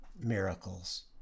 miracles